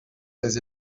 les